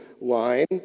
line